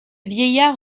vieillard